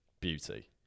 Beauty